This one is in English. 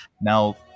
now